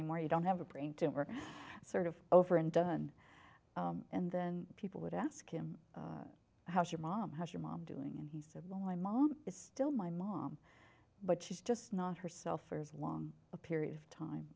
anymore you don't have a brain tumor sort of over and done and then people would ask him how's your mom how's your mom doing and he said well my mom is still my mom but she's just not herself for as long a period of time